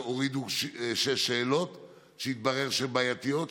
שהורידו שש שאלות שהתברר שהן בעייתיות,